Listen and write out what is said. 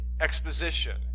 exposition